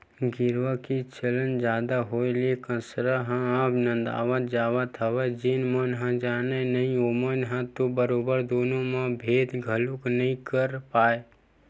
गेरवा के चलन जादा होय ले कांसरा ह अब नंदावत जावत हवय जेन मन ह जानय नइ ओमन ह तो बरोबर दुनो म भेंद घलोक नइ कर पाय